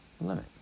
Limit